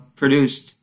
produced